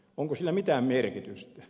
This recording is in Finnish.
onko sillä mitään merkitystä